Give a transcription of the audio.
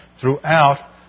throughout